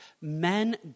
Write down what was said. Men